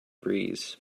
breeze